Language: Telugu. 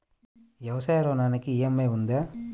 వ్యవసాయ ఋణానికి ఈ.ఎం.ఐ ఉందా?